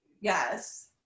Yes